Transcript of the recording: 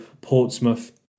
Portsmouth